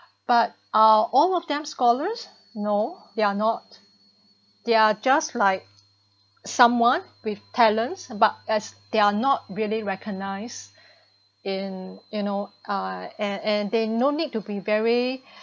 but ah all of them scholars no they're not they're just like someone with talents but as they are not really recognize in you know uh an~ and they no need to be very